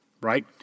right